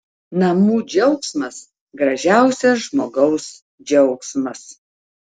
namų džiaugsmas gražiausias žmogaus džiaugsmas